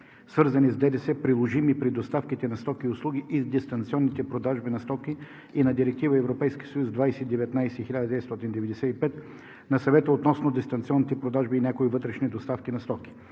свързани с ДДС, приложими при доставките на стоки и услуги и дистанционните продажби на стоки, и на Директива (ЕС) 2019/1995 на Съвета относно дистанционните продажби и някои вътрешни доставки на стоки.